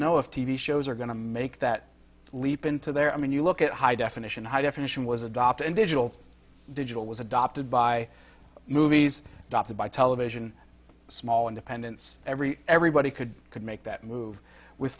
know if t v shows are going to make that leap into their i mean you look at high definition high definition was adopted and digital digital was adopted by movies dot com by television small independents every everybody could could make that move with